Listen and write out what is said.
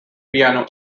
piano